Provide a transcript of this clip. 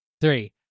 three